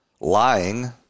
lying